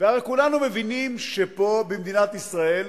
הרי כולנו מבינים שפה, במדינת ישראל,